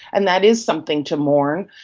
and that is something to mourn.